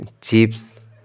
chips